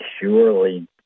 surely